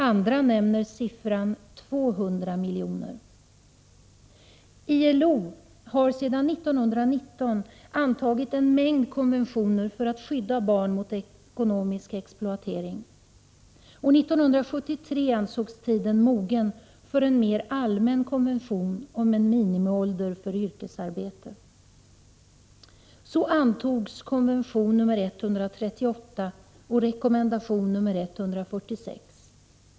Andra nämner siffran 200 miljoner. ILO har sedan 1919 antagit en mängd konventioner för att skydda barn mot ekonomisk exploatering. År 1973 ansågs tiden mogen för en mer allmän konvention om minimiålder för yrkesarbete. Så antogs Konvention nr 138 och Rekommendation nr 146.